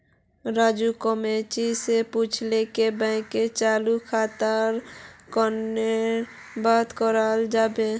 राजू कर्मचारी स पूछले जे बैंकत चालू खाताक केन न बंद कराल जाबे